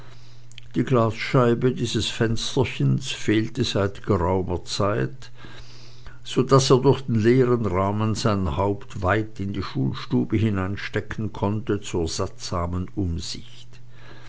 die glasscheibe dieses fensterchens fehlte seit geraumer zeit so daß er durch den leeren rahmen sein haupt weit in die schulstube hineinstrecken konnte zur sattsamen umsicht